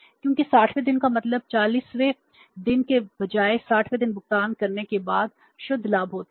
क्योंकि 60 वें दिन का मतलब 40 वें दिन के बजाय 60 वें दिन भुगतान करने के बाद शुद्ध लाभ होता है